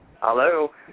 Hello